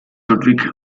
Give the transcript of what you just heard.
ludwig